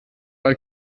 weil